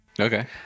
Okay